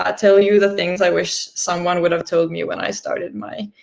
ah tell you the things i wish someone would have told me when i started my